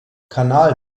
kanal